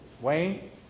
Wayne